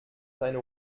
seine